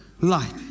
light